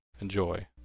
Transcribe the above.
Enjoy